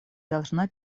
должна